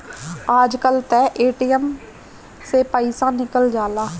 आजकल तअ ए.टी.एम से पइसा निकल जाला